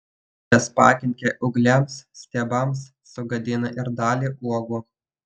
jos pakenkia ūgliams stiebams sugadina ir dalį uogų